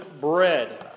Bread